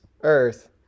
earth